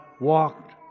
walked